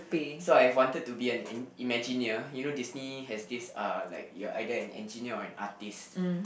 so I've wanted to be an an imagineer you know Disney has this uh like you're either an engineer or an artiste